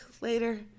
later